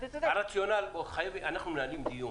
אנחנו מנהלים דיון.